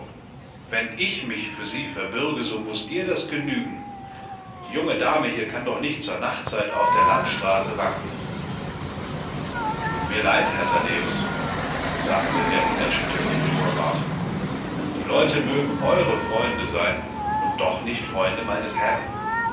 wenn ich für sie bürge muß ihnen das genügen hier ist auch eine junge dame sie kann um diese zeit nicht auf einer öffentlichen straße warten es tut mir sehr leid mr thaddeus sagte der pförtner unerbitterlich die leute mögen ihre freunde sein aber nicht die freunde des herrn